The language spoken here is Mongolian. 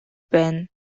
байна